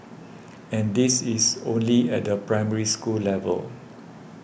and this is only at the Primary School level